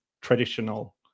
traditional